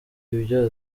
ibyo